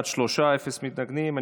בעד, שלושה, אפס מתנגדים.